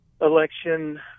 election